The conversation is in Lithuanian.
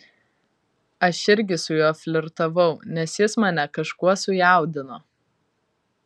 aš irgi su juo flirtavau nes jis mane kažkuo sujaudino